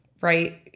right